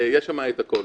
יש שם את הכול,